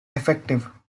effective